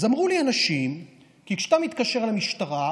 אז אמרו לי אנשים: כשאתה מתקשר למשטרה,